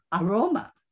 Aroma